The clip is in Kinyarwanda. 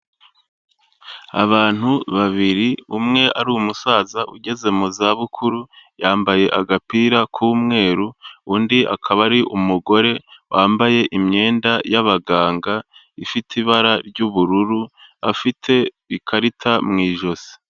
Abantu babiri umwe ari umusaza ugeze mu za bukuru, yambaye agapira k'umweru, undi akaba ari umugore wambaye imyenda y'abaganga, ifite ibara ry'ubururu afite ikarita mu ijosi.